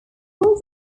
was